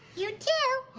you, too.